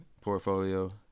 portfolio